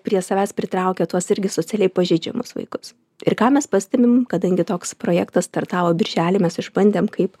prie savęs pritraukia tuos irgi socialiai pažeidžiamus vaikus ir ką mes pastebim kadangi toks projektas startavo birželį mes išbandėm kaip